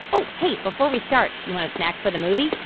oh, hey, before we start, you want a snack for the movie?